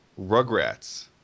Rugrats